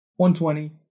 120